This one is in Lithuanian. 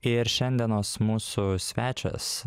ir šiandienos mūsų svečias